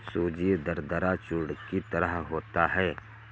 सूजी दरदरा चूर्ण की तरह होता है